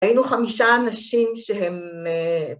‫היינו חמישה אנשים שהם...